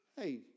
hey